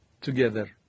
together